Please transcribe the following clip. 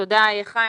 תודה, חיים.